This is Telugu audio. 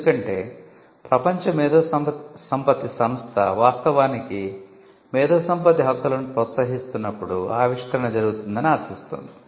ఎందుకంటే ప్రపంచ మేధోసంపత్తి సంస్థ వాస్తవానికి మేధోసంపత్తి హక్కులను ప్రోత్సహిస్తున్నప్పుడు ఆవిష్కరణ జరుగుతుందని ఆశిస్తోంది